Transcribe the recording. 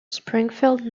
springfield